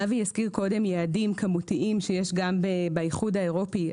אבי הזכיר קודם יעדים כמותיים שיש גם באיחוד האירופי.